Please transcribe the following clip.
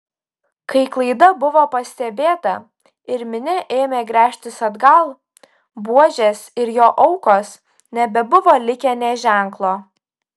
kai klaida buvo pastebėta ir minia ėmė gręžtis atgal buožės ir jo aukos nebebuvo likę nė ženklo